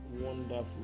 wonderful